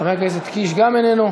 חבר הכנסת קיש גם איננו?